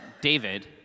David